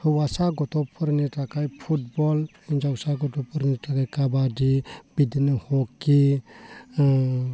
हौवासा गथ'फोरनि थाखाय फुटबल हिन्जावसा गथ'फोरनि थाखाय खाबादि बिदिनो हकि